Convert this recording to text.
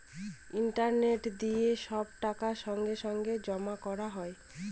internet দিয়ে সব টাকা সঙ্গে সঙ্গে জমা করা হয়